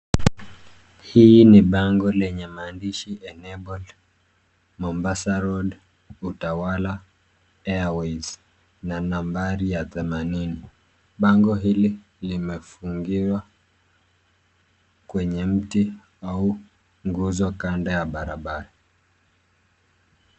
Hii ni bango lenye maandishi Enabled Mombasa Road, Utawala Airways na nambari ya themanini. Bango hili limefungiwa kwenye mti au nguzo kando ya barabara.